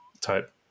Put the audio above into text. Type